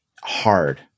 hard